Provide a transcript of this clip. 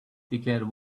declared